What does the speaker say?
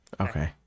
okay